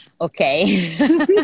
Okay